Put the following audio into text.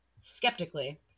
skeptically